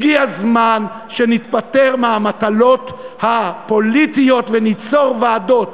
הגיע הזמן שנתפטר מהמטלות הפוליטיות וניצור ועדות.